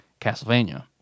Castlevania